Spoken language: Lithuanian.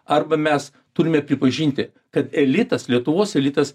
arba mes turime pripažinti kad elitas lietuvos elitas